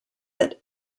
that